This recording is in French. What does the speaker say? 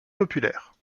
populaire